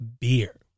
beer